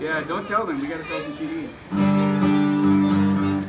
yeah don't tell them